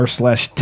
slash